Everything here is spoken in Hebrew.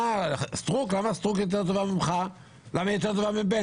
למה סטרוק טובה ממך או מבנט?